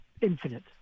infinite